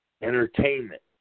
entertainment